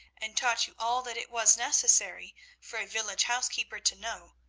and taught you all that it was necessary for a village housekeeper to know,